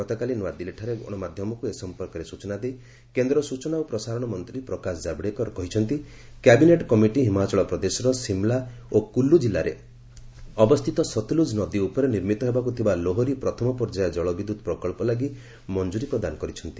ଗତକାଲି ନୂଆଦିଲ୍ଲୀଠାରେ ଗଣମାଧ୍ୟମକୁ ଏ ସମ୍ପର୍କରେ ସୂଚନା ଦେଇ କେନ୍ଦ୍ର ସୂଚନା ଓ ପ୍ରସାରଣ ମନ୍ତ୍ରୀ ପ୍ରକାଶ ଜାଭଡେକର କହିଛନ୍ତି କ୍ୟାବିନେଟ୍ କମିଟି ହିମାଚଳ ପ୍ରଦେଶର ସିମ୍ଲା ଓ କୁଲୁ ଜିଲ୍ଲାରେ ଅବସ୍ଥିତ ସତଲୁଜ୍ ନଦୀ ଉପରେ ନିର୍ମିତ ହେବାକୁ ଥିବା ଲୋହରୀ ପ୍ରଥମ ପର୍ଯ୍ୟାୟ ଜଳବିଦ୍ୟୁତ୍ ପ୍ରକଳ୍ପ ଲାଗି ମଞ୍ଜୁରୀ ପ୍ରଦାନ କରିଛନ୍ତି